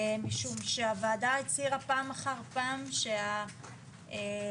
משום שהוועדה הצהירה פעם אחר פעם שאנחנו